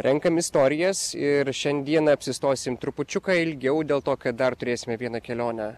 renkam istorijas ir šiandieną apsistosim trupučiuką ilgiau dėl to kad dar turėsime vieną kelionę